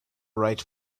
right